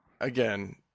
again